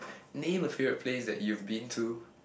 name a favorite place that you've been to